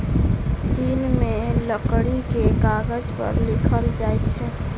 चीन में लकड़ी के कागज पर लिखल जाइत छल